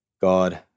God